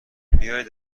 بیایید